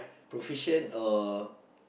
proficient or